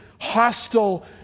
hostile